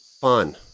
fun